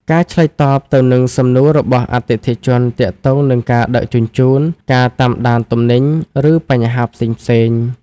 ការឆ្លើយតបទៅនឹងសំណួររបស់អតិថិជនទាក់ទងនឹងការដឹកជញ្ជូន ការតាមដានទំនិញ ឬបញ្ហាផ្សេងៗ។